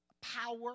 power